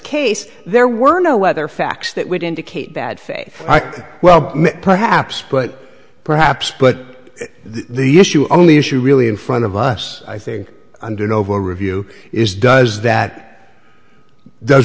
case there were no weather facts that would indicate bad faith well perhaps but but perhaps the issue only issue really in front of us i think i'm going over review is does that does